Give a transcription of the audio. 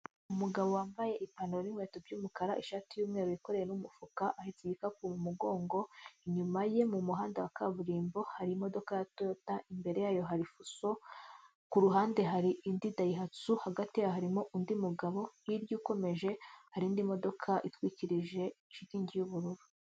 Umugabo wambaye ipantaro n'inkweto by'umukara, ishati y'umweru wikoreye n'umufuka, ahetse igikapu mu mugongo, inyuma ye mu muhanda wa kaburimbo, hari imodoka ya toyota, imbere yayo hari fuso, ku ruhande hari indi dayihatsu, hagati yayo hari undi mugabo, hirya ukomeje hari indi modoka itwikirije shitingi y'ubururu.